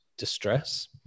distress